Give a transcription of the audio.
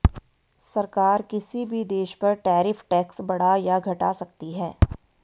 सरकार किसी भी देश पर टैरिफ टैक्स बढ़ा या घटा सकती है